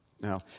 Now